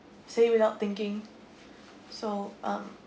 say without thinking so um